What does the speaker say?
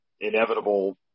inevitable